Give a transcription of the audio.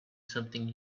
something